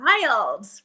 wild